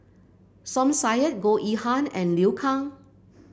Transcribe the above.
Som Said Goh Yihan and Liu Kang